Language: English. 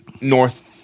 North